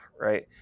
Right